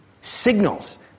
Signals